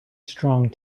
strong